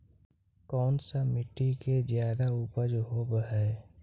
कोन सा मिट्टी मे ज्यादा उपज होबहय?